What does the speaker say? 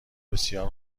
بسیار